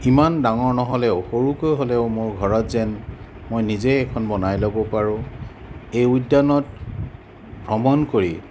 ইমান ডাঙৰ নহ'লেও সৰুকৈ হ'লেও মোৰ ঘৰত যেন মই নিজে এখন বনাই ল'ব পাৰোঁ এই উদ্যানত ভ্ৰমণ কৰি